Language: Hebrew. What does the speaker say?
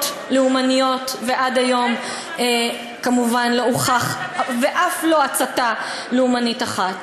לאומניות ועד היום כמובן לא הוכחה אף לא הצתה לאומנית אחת.